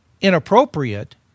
inappropriate